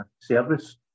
service